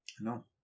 No